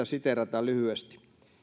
siteerata lyhyesti